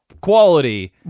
quality